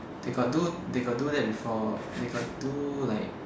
they got do they got do that before they got do like